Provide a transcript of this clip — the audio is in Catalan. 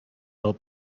del